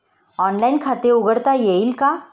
Online खाते उघडता येईल का?